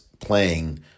playing